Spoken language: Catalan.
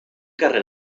carrer